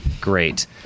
great